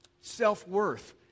self-worth